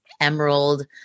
emerald